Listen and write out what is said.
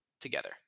together